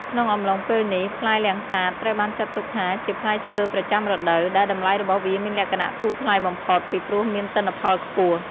ក្នុងអំឡុងពេលនេះ ផ្លែលាំងសាតត្រូវបានចាត់ទុកថាជា ផ្លែឈើប្រចាំរដូវ ដែលតម្លៃរបស់វាមានលក្ខណៈធូរថ្លៃបំផុត ពីព្រោះមានទិន្នផលខ្ពស់។